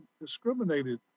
discriminated